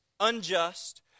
unjust